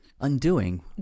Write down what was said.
Undoing